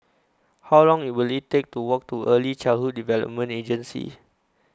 How Long Will IT Take to Walk to Early Childhood Development Agency